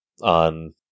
on